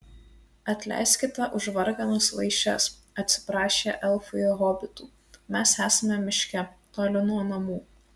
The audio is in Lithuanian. atleiskite už varganas vaišes atsiprašė elfai hobitų mes esame miške toli nuo namų